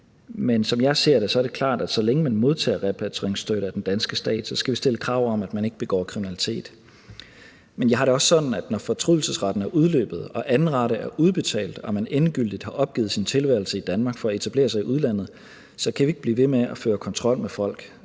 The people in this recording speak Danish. at så længe man modtager repatrieringsstøtte af den danske stat, skal vi stille krav om, at man ikke begår kriminalitet. Men jeg har det også sådan, at når fortrydelsesretten er udløbet og anden rate er udbetalt og man endegyldigt har opgivet sin tilværelse i Danmark for at etablere sig i udlandet, kan vi ikke blive ved med at føre kontrol med folk;